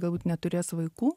galbūt neturės vaikų